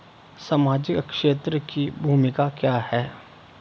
सामाजिक क्षेत्र की भूमिका क्या है?